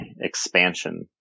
expansion